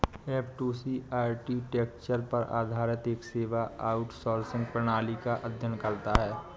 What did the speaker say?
F two C architecture पर आधारित एक सेवा आउटसोर्सिंग प्रणाली का अध्ययन करता है